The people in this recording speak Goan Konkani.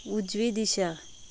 उजवी दिशा